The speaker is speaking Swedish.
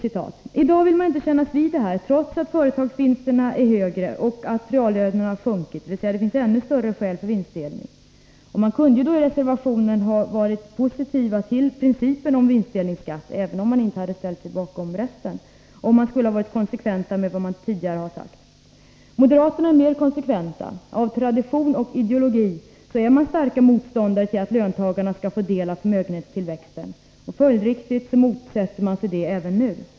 I dag vill man inte kännas vid detta, trots att företagsvinsterna är högre och reallönerna har sjunkit, dvs. det finns ännu större skäl för vinstdelning. Ni kunde, i konsekvens med vad ni tidigare har sagt, i reservationen ha varit positiva till principen om vinstdelningsskatt, även om ni inte ställer er bakom resten. Moderaterna är mer konsekventa. Av tradition och på grund av ideologi är de starka motståndare till att löntagarna skall få del av förmögenhetstillväxten. Följdriktigt motsätter de sig det även nu.